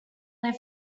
their